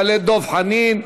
יעלה דב חנין.